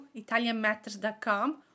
italianmatters.com